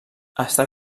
està